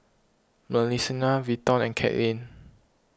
Marcelina Vinton and Cathleen